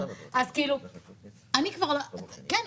אז כאילו אני כבר לא כן,